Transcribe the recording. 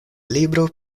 libro